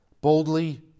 Boldly